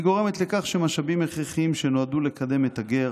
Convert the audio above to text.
היא גורמת לכך שמשאבים הכרחיים שנועדו לקדם את הגר,